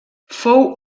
fou